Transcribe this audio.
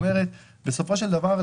בסופו של דבר,